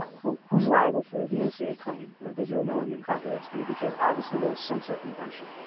who's who's liable for a dmca claim, a digital millennium copyright claim? because obviously there was some circumvention,